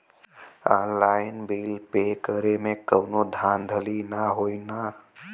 Online bill pay करे में कौनो धांधली ना होई ना?